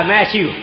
Matthew